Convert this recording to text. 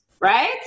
right